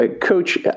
Coach